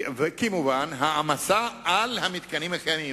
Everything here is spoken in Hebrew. וכמובן, העמסה על המתקנים הקיימים.